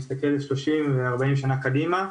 והיא מחליטה על תכניות שמסתכלים עליהן 30 ו-40 שנה קדימה.